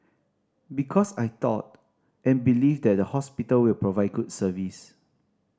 because I thought and believe that the hospital will provide good service